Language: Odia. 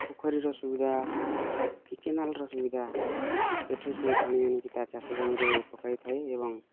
ପୋଖରୀର ସୁବିଧା କି କେନାଲ୍ର ସୁବିଧା ସେଠୁ ସେ ପାଣି ଆଣିକି ତା ଚାଷ ଜମିରେ ପକାଇ ଥାଏ ଏବଂ